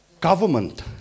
government